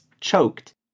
choked